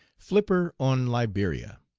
flipper on liberia.